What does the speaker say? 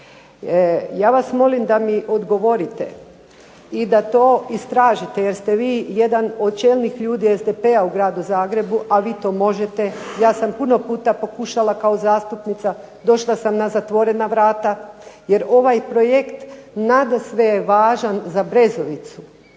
Ja vas molim da mi odgovorite i da to istražite jer ste vi jedan od čelnih ljudi SDP-a u Gradu Zagrebu, a vi to možete, ja sam puno puta pokušala kao zastupnica, došla sam na zatvorena vrata jer ovaj projekt nadasve je važan za Brezovicu.